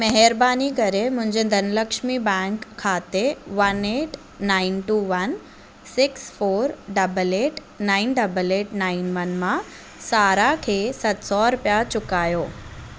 महिरबानी करे मुंहिंजे धनलक्ष्मी बैंक खाते one eight nine two one six four double eight nine double eight nine one मां सारा खे सत सौ रुपिया चुकायो